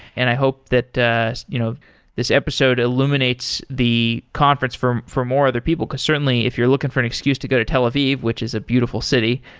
and i hope that you know this episode illuminates the conference for for more other people. because, certainly, if you're looking for an excuse to go to tel aviv, which is a beautiful city,